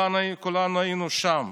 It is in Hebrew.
כולנו היינו שם.